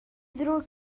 ddrwg